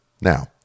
Now